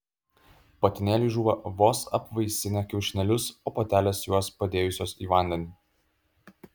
patinėliai žūva vos apvaisinę kiaušinėlius o patelės juos padėjusios į vandenį